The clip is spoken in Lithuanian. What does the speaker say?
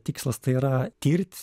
tikslas tai yra tirt